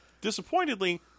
Disappointedly